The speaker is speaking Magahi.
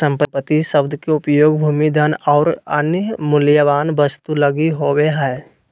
संपत्ति शब्द के उपयोग भूमि, धन और अन्य मूल्यवान वस्तु लगी होवे हइ